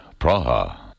Praha